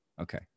Okay